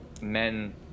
men